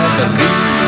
believe